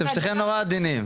והבינוני.